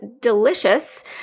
delicious